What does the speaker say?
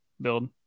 build